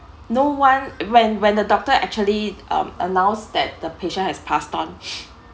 no one when when the doctor actually um announced that the patient has passed on